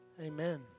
Amen